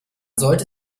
sollte